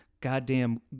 goddamn